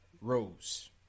Rose